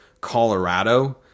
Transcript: Colorado